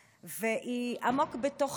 והיא עמוק בתוך ליבי,